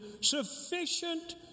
sufficient